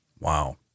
Wow